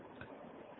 professor Bala ओह